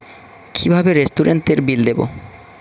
কিভাবে রেস্টুরেন্টের বিল দেবো?